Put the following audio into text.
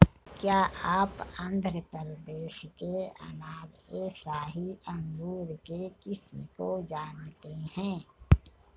क्या आप आंध्र प्रदेश के अनाब ए शाही अंगूर के किस्म को जानते हैं?